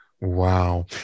Wow